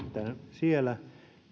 siellä